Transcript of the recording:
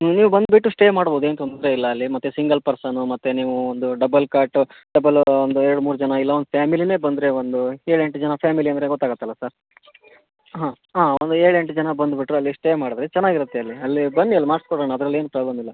ನೀವು ಬಂದುಬಿಟ್ಟು ಸ್ಟೇ ಮಾಡ್ಬೋದು ಏನೂ ತೊಂದರೆ ಇಲ್ಲ ಅಲ್ಲಿ ಮತ್ತು ಸಿಂಗಲ್ ಪರ್ಸನು ಮತ್ತು ನೀವು ಒಂದು ಡಬಲ್ ಕಾಟು ಡಬಲ್ಲು ಒಂದು ಎರಡೂ ಮೂರು ಜನ ಇಲ್ಲ ಒಂದು ಫ್ಯಾಮಿಲಿಯೇ ಬಂದರೆ ಒಂದು ಏಳು ಎಂಟು ಜನ ಫ್ಯಾಮಿಲಿ ಅಂದರೆ ಗೊತ್ತಾಗುತ್ತಲ್ಲ ಸರ್ ಹಾಂ ಹಾಂ ಒಂದು ಏಳೆಂಟು ಜನ ಬಂದುಬಿಟ್ಟರೆ ಅಲ್ಲಿ ಸ್ಟೇ ಮಾಡಿದ್ರೆ ಚೆನ್ನಾಗಿರುತ್ತೆ ಅಲ್ಲಿ ಅಲ್ಲಿ ಬನ್ನಿ ಅಲ್ಲಿ ಮಾಡ್ಸಿಕೊಡೋಣ ಅದ್ರಲ್ಲಿ ಏನೂ ಪ್ರಾಬ್ಲಮ್ ಇಲ್ಲ